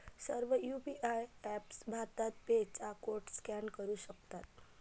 सर्व UPI apps BharatPe चा code scan करू शकतात